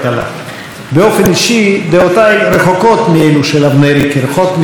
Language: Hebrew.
באופן אישי דעותיי רחוקות מאלה של אבנרי כרחוק מזרח ממערב,